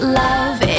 love